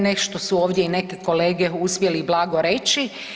Nešto su ovdje i neke kolege uspjeli blago reći.